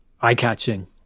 eye-catching